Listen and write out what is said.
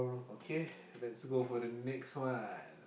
okay let's go for the next one